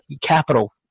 capital